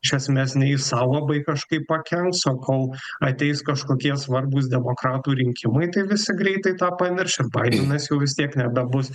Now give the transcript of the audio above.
iš esmės nei jis sau labai kažkaip pakenks o kol ateis kažkokie svarbūs demokratų rinkimai tai visi greitai tą pamirš ir baidenas jau vis tiek nebebus